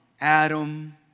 Adam